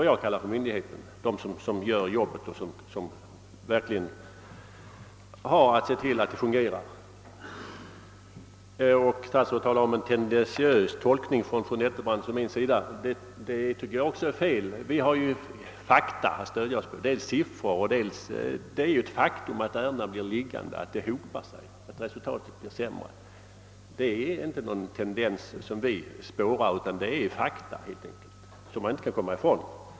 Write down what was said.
Vad jag kallar myndigheten är alla de som sköter jobbet och verkligen har att se till att det fungerar. Statsrådet talar om en tendentiös tolkning från min och fru Nettelbrandts sida. Det tycker jag också är felaktigt, vi har fakta att stödja oss på. Det finns siffror, och det är ett faktum att ärendena hopar sig och blir liggande och att resultatet blir sämre. Det är inte någon tendens som vi spårar, utan det är fakta som man helt enkelt inte kan komma ifrån.